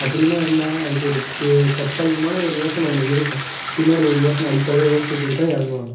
அப்படின்னா என்ன அதுக்கு ஒரு தற்காலிகமான ஒரு யோசனை ஒன்று இருக்கும் பின்னாடி ஒரு யோசனை அடிப்படையாக யோசிச்சி வச்சிட்டு தான் இறங்குவாங்க